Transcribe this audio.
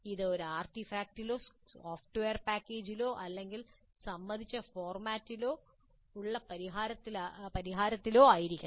ഇത് ഒരു ആർട്ടിഫാക്റ്റിലോ സോഫ്റ്റ്വെയർ പാക്കേജിലോ അല്ലെങ്കിൽ സമ്മതിച്ച ഫോർമാറ്റിലുള്ള പരിഹാരത്തിലോ ആയിരിക്കണം